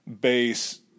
base